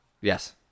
Yes